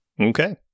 okay